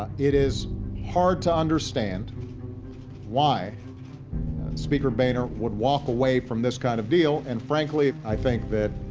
ah it is hard to understand why speaker boehner would walk away from this kind of deal, and frankly, i think that,